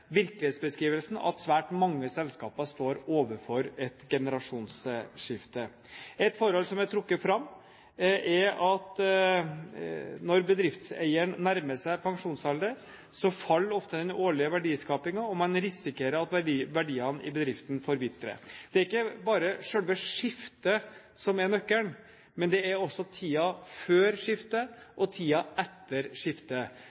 virkelighetsbeskrivelsen at svært mange selskaper står overfor et generasjonsskifte. Et forhold som er trukket fram, er at når bedriftseieren nærmer seg pensjonsalder, faller ofte den årlige verdiskapingen, og man risikerer at verdiene i bedriften forvitrer. Det er ikke bare selve skiftet som er nøkkelen, men det er også tiden før skiftet og tiden etter skiftet.